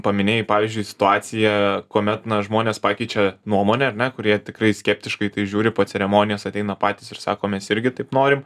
paminėjai pavyzdžiui situaciją kuomet na žmonės pakeičia nuomonę ar ne kurie tikrai skeptiškai į tai žiūri po ceremonijos ateina patys ir sako mes irgi taip norim